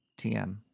TM